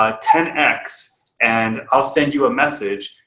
ah ten x and i'll send you a message.